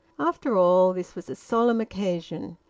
after all, this was a solemn occasion.